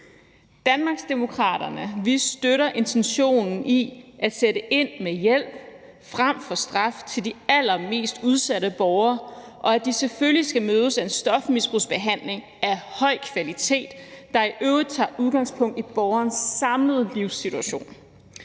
Danmarksdemokraterne støtter vi intentionen i at sætte ind med hjælp frem for straf til de allermest udsatte borgere, og at de selvfølgelig skal mødes af en stofmisbrugsbehandling af høj kvalitet, der i øvrigt tager udgangspunkt i borgerens samlede livssituation.